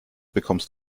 bekommst